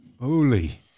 Holy